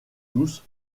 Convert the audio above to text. douce